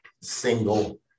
single